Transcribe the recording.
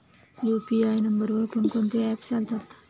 UPI नंबरवर कोण कोणते ऍप्स चालतात?